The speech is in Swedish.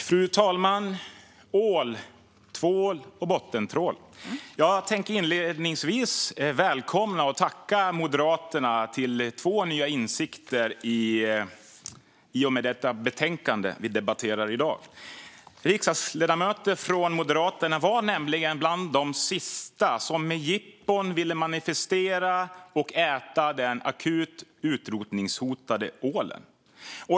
Fru talman! Ål, tvål och bottentrål! Inledningsvis vill jag välkomna att Moderaterna i och med det betänkande vi nu debatterar har kommit till två nya insikter. Jag tackar dem för det. Riksdagsledamöter från Moderaterna var nämligen bland de sista som med jippon ville manifestera och äta den akut utrotningshotade ålen.